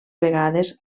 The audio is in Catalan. vegades